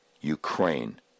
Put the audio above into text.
Ukraine